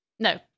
No